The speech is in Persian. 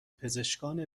پزشکان